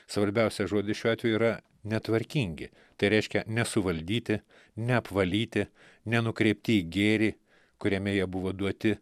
svarbiausias žodis šiuo atveju yra netvarkingi tai reiškia nesuvaldyti neapvalyti nenukreipti į gėrį kuriame jie buvo duoti